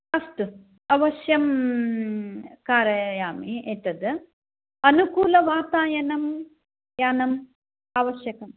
अस्तु अवश्यं कारयामि एतत् अनुकूलवातायनं यानम् आवश्यकम्